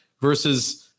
versus